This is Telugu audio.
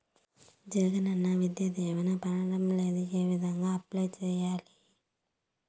జగనన్న విద్యా దీవెన పడడం లేదు ఏ విధంగా అప్లై సేయాలి